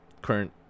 current